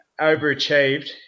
overachieved